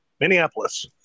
Minneapolis